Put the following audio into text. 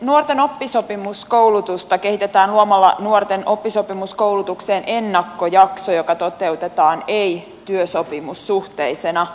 nuorten oppisopimuskoulutusta kehitetään luomalla nuorten oppisopimuskoulutukseen ennakkojakso joka toteutetaan ei työsopimussuhteisena